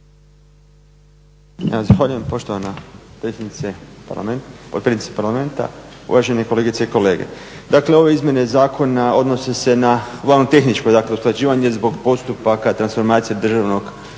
(SDP)** Zahvaljujem poštovana potpredsjednice Parlamenta, uvažene kolegice i kolege. Dakle, ove izmjene zakona odnose se na uglavnom tehničko dakle usklađivanje zbog postupaka transformacije Državnog